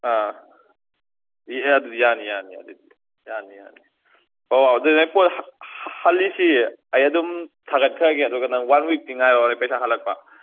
ꯑꯥ ꯑꯦ ꯑꯦ ꯑꯗꯨ ꯌꯥꯅꯤ ꯌꯥꯅꯤ ꯑꯗꯨꯗꯤ ꯌꯥꯅꯤ ꯌꯥꯅꯤ ꯑꯣ ꯑꯣ ꯑꯗꯨꯗꯤ ꯄꯣꯠ ꯍꯟꯂꯤꯁꯤ ꯑꯩ ꯑꯗꯨꯝ ꯊꯥꯒꯠꯈ꯭ꯔꯒꯦ ꯑꯗꯨꯒ ꯅꯪ ꯋꯥꯟ ꯋꯤꯛꯇꯤ ꯉꯥꯏꯌꯣ ꯄꯩꯁꯥ ꯍꯟꯂꯛꯄ